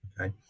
Okay